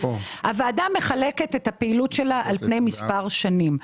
הוועדה מחלקת את הפעילות שלה על פני מספר שנים.